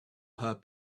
her